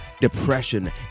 depression